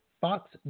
Fox